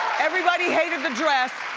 everybody hated the dress,